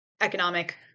economic